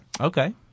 Okay